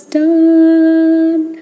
done